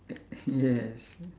yes